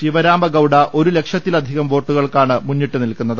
ശി വ രാ മ ഗൌഡ ഒരു ല ക്ഷത്തിലധികം വോട്ടു കൾക്കാണ് മുന്നിൽനിൽക്കുന്നത്